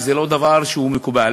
וזה לא דבר מקובל,